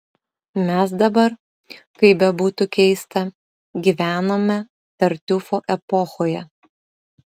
mes dabar kaip bebūtų keista gyvename tartiufo epochoje